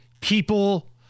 people